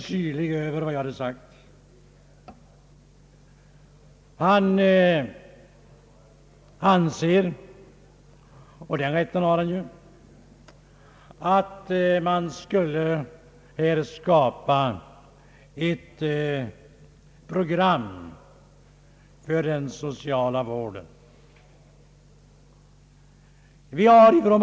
över vad jag hade sagt. Han anser — och den rätten har han — att ett program för den sociala vården bör skapas.